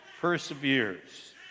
perseveres